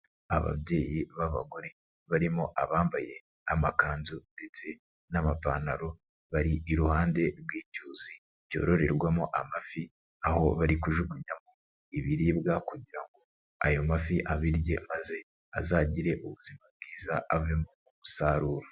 Ababyeyi b'abagore barimo abambaye amakanzu ndetse n'amapantaro. Bari iruhande rw'icyuzi cyororerwamo amafi. Aho bari kujugunyamo ibiribwa kugira ngo ayo mafi abirye maze azagire ubuzima bwiza avemo umusaruro.